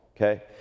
okay